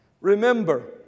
Remember